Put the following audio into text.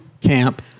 camp